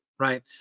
Right